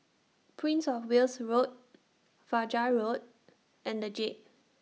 Prince of Wales Road Fajar Road and The Jade